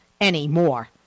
anymore